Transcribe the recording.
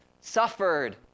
suffered